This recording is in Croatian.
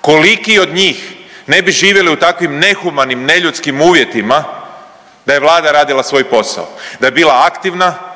koliki od njih ne bi živjeli u takvim nehumanim, neljudskim uvjetima da je Vlada radila svoj posao, da je bila aktivna,